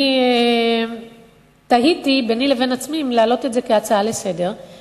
אני תהיתי ביני לבין עצמי אם להעלות את זה כהצעה לסדר-היום,